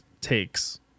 takes